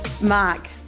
Mark